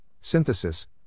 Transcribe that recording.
synthesis